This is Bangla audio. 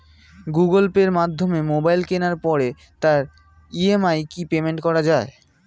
গুগোল পের মাধ্যমে মোবাইল কেনার পরে তার ই.এম.আই কি পেমেন্ট করা যায়?